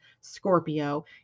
Scorpio